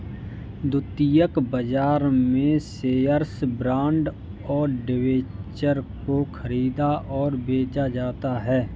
द्वितीयक बाजार में शेअर्स, बॉन्ड और डिबेंचर को ख़रीदा और बेचा जाता है